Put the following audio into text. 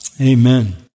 Amen